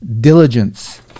diligence